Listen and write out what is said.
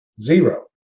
Zero